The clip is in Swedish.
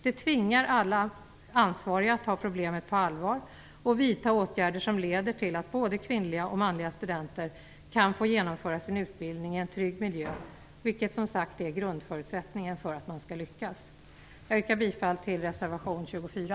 Det tvingar alla ansvariga att ta problemet på allvar och vidta åtgärder som leder till att både kvinnliga och manliga studenter kan få genomföra sin utbildning i en trygg miljö, vilket som sagt är grundförutsättningen för att man skall lyckas. Jag yrkar bifall till reservation 24.